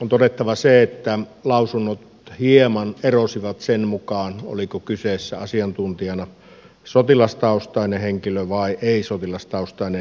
on todettava se että lausunnot hieman erosivat sen mukaan oliko kyseessä asiantuntijana sotilastaustainen henkilö vai ei sotilastaustainen henkilö